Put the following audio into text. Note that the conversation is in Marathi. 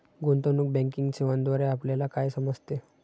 गुंतवणूक बँकिंग सेवांद्वारे आपल्याला काय समजते?